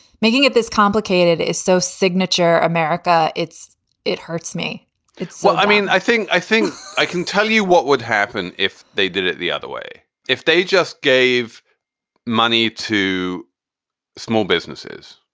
making it this complicated is so signature. america, it's it hurts me it's so i mean, i think i think i can tell you what would happen if they did it the other way if they just gave money to small businesses,